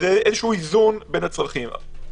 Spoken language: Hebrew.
איזון בין הצרכים.